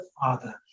Father